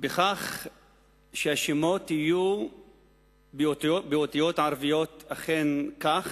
כך שהשמות יהיו באותיות ערביות, אכן כך,